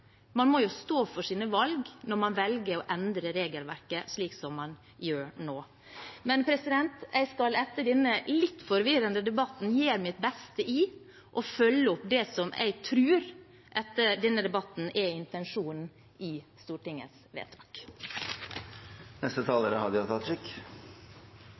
Man må jo stå for sine valg når man velger å endre regelverket slik som man gjør nå. Men jeg skal etter denne litt forvirrende debatten gjøre mitt beste for å følge opp det jeg tror etter denne debatten er intensjonen i Stortingets vedtak.